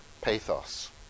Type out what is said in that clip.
pathos